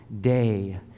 day